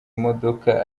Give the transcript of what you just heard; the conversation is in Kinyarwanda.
imodoka